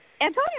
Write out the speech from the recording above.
Antonio